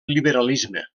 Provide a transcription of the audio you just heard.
liberalisme